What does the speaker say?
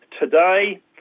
today